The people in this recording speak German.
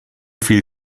viel